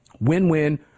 Win-win